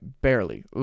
Barely